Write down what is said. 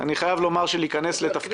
אני חייב לומר שלהפוך להיות יושב-ראש